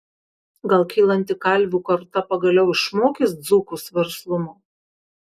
gal kylanti kalvių karta pagaliau išmokys dzūkus verslumo